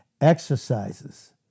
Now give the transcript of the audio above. exercises